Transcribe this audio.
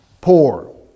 Poor